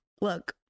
look